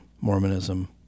Mormonism